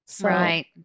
Right